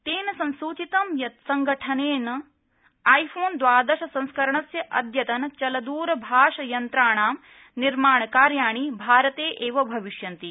तेन संसूचितं यत् संगठेन आई फोन दवादवाशसंस्करणस्य अदयतन चलदरभाषयन्त्राणाम् निर्माणकार्याणि भारते एव भविष्यन्ति